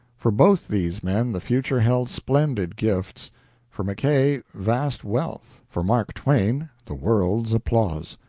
for both these men the future held splendid gifts for mackay vast wealth, for mark twain the world's applause,